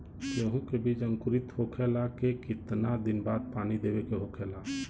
गेहूँ के बिज अंकुरित होखेला के कितना दिन बाद पानी देवे के होखेला?